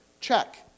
check